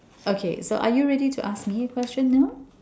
okay so are ready to ask me a question now